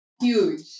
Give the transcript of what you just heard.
huge